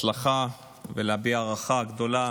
הצלחה ולהביע הערכה גדולה